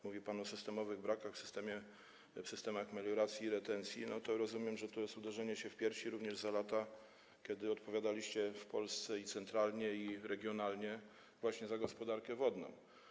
Mówi pan o systemowych brakach w systemach melioracji i retencji, więc rozumiem, że tu jest uderzenie się w piersi również za lata, kiedy odpowiadaliście w Polsce i centralnej, i regionalnej za gospodarkę wodną.